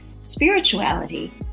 spirituality